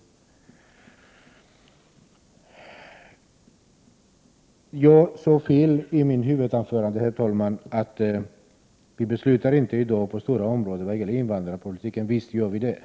Jag hade fel i mitt huvudanförande när jag sade att vi i dag inte beslutar om stora frågor på invandrarpolitikens område. Visst gör vi det.